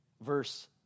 verse